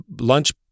lunch